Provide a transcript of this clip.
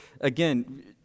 again